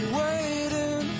waiting